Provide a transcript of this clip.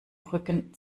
rücken